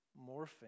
morphing